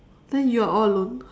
then you are all alone